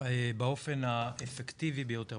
באופן האפקטיבי ביותר,